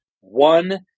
one